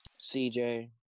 CJ